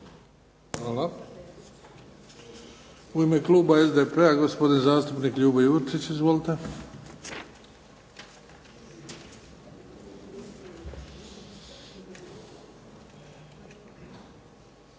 Hvala. U ime kluba SDP-a gospodin zastupnik Ljubo Jurčić. Izvolite.